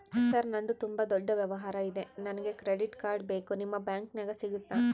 Sir ನಂದು ತುಂಬಾ ದೊಡ್ಡ ವ್ಯವಹಾರ ಇದೆ ನನಗೆ ಕ್ರೆಡಿಟ್ ಕಾರ್ಡ್ ಬೇಕು ನಿಮ್ಮ ಬ್ಯಾಂಕಿನ್ಯಾಗ ಸಿಗುತ್ತಾ?